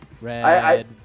Red